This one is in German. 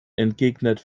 entgegnet